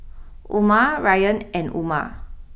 Umar Ryan and Umar